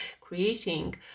creating